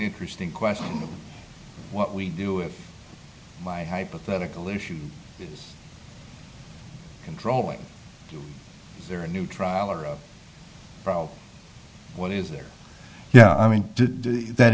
interesting question what we do it my hypothetical issue is controlling there a new trial or of what is there yeah i mean that